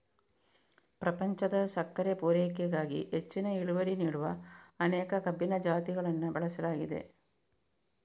ಪ್ರಪಂಚದ ಸಕ್ಕರೆ ಪೂರೈಕೆಗಾಗಿ ಹೆಚ್ಚಿನ ಇಳುವರಿ ನೀಡುವ ಅನೇಕ ಕಬ್ಬಿನ ಜಾತಿಗಳನ್ನ ಬೆಳೆಸಲಾಗಿದೆ